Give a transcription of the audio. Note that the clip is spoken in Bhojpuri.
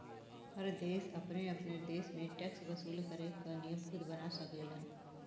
हर देश अपने अपने देश में टैक्स वसूल करे क नियम खुद बना सकेलन